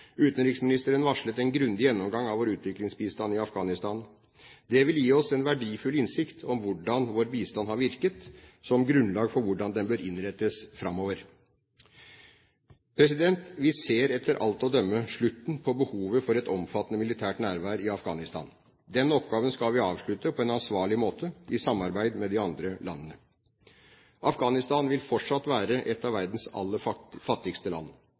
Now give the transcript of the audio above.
Utenriksministeren varslet en grundig gjennomgang av vår utviklingsbistand i Afghanistan. Det vil gi oss en verdifull innsikt om hvordan vår bistand har virket som grunnlag for hvordan den bør innrettes framover. Vi ser etter alt å dømme slutten på behovet for et omfattende militært nærvær i Afghanistan. Den oppgaven skal vi avslutte på en ansvarlig måte, i samarbeid med de andre landene. Afghanistan vil fortsatt være et av verdens aller fattigste land.